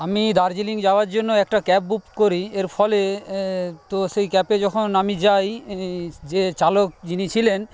আমি দার্জিলিং যাওয়ার জন্য একটা ক্যাব বুক করি এর ফলে তো সেই ক্যাবে যখন আমি যাই যে চালক যিনি ছিলেন